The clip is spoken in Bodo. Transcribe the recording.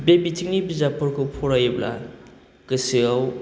बे बिथिंनि बिजाबफोरखौ फरायोब्ला गोसोआव